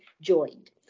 joined